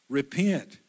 repent